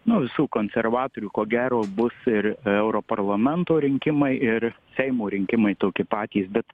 nu visų konservatorių ko gero bus ir europarlamento rinkimai ir seimo rinkimai tokie patys bet